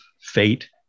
fate